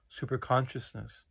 superconsciousness